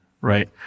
right